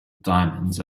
diamonds